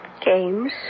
Games